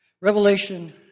Revelation